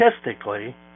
statistically